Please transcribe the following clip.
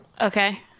okay